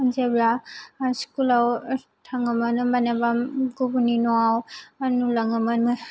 जेब्ला स्कुलाव थाङोमोन होनबानिया गुबुननि न'आव नुलाङोमोन